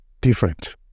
different